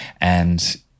and-